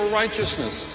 righteousness